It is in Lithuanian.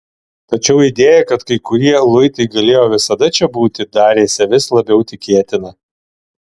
tačiau idėja kad kai kurie luitai galėjo visada čia būti darėsi vis labiau tikėtina